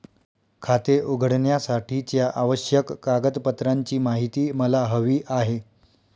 खाते उघडण्यासाठीच्या आवश्यक कागदपत्रांची माहिती मला हवी आहे